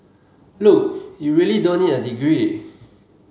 look you really don't need a degree